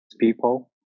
people